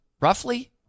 roughly